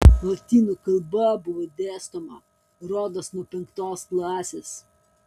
lotynų kalba buvo dėstoma rodos nuo penktos klasės